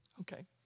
Okay